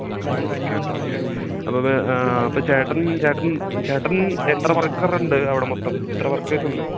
ആ ഓക്കേ ചേട്ടാ ഓക്കേ അപ്പോള് ഇത് അപ്പോള് ചേട്ടൻ ചേട്ടൻ ചേട്ടൻ എത്ര വർക്കറുണ്ട് അവിടെ മൊത്തം എത്ര വർക്കേഴ്സുണ്ട്